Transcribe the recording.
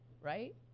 right